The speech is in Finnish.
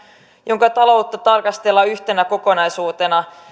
jonka taloutta tarkastellaan yhtenä kokonaisuutena